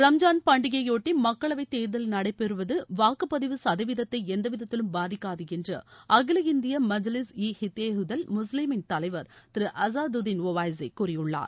ரம்ஜான் பண்டிகையையாட்டி மக்களவைத் தேர்தல் நடைபெறுவது வாக்குப்பதிவு சதவீதத்தை எந்தவிதத்திலும் பாதிக்காது என்று அகில இந்திய மஜிலிஸ் ஈ இத்தேஹதுல் முஸ்லிமீன் தலைவர் திரு அசாதுதின் ஒவைசி கூறியுள்ளார்